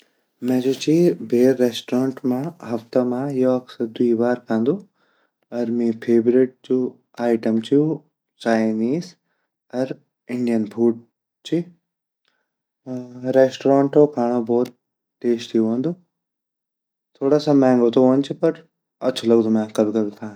मैं जु ची भैर रेस्ट्रॉन्ट मा योक से द्वी बार खांदू अर मेरु फेवरेट जु आइटम ची ऊ चाइनीज़ अर इंडियन फ़ूड ची रेस्ट्रॉन्टो खांडो भोत टेस्टी वोंदु थोड़ा सा मेहंगु ता वोंदु ची पर ाचु लगदु में कभी-कभी खांड।